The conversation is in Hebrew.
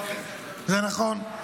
זה נכון.